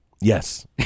Yes